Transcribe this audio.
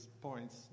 points